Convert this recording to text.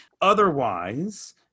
Otherwise